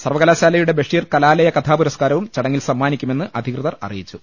സർവകലാശാലയുടെ ബഷീർ കലാലയ കഥാപുരസ്കാ രവും ചടങ്ങിൽ സമ്മാനിക്കുമെന്ന് അധികൃതർ അറിയിച്ചു